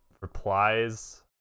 replies